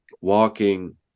walking